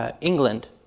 England